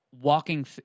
Walking